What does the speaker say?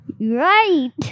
Right